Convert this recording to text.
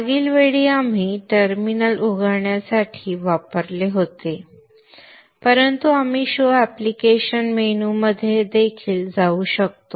मागील वेळी आपण टर्मिनल उघडण्यासाठी वापरले होते परंतु आ आपण शो ऍप्लिकेशन मेनूमध्ये देखील जाऊ शकतो